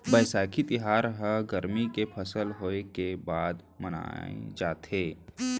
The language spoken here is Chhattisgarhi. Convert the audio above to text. बयसाखी तिहार ह गरमी के फसल होय के बाद मनाए जाथे